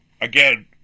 Again